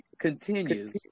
continues